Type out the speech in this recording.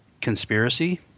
conspiracy